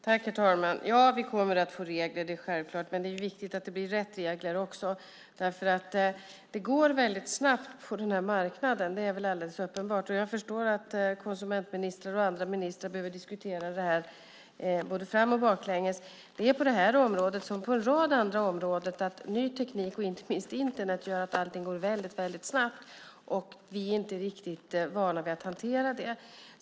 Herr talman! Ja, vi kommer självklart att få regler, men det är viktigt att det blir rätt sorts regler. Det går snabbt på marknaden - det är väl alldeles uppenbart. Jag förstår att konsumentministrar och andra ministrar behöver diskutera detta både fram och baklänges. Det är på det här området som på en rad andra områden; ny teknik och inte minst Internet gör att allt går snabbt. Vi är inte riktigt vana vid att hantera det.